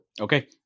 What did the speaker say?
Okay